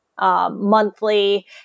monthly